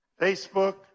Facebook